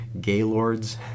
Gaylords